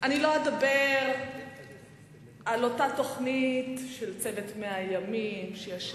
אנחנו יודעים על הקיצוצים, רצונו לקצץ במשרד